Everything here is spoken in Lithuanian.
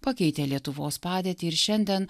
pakeitė lietuvos padėtį ir šiandien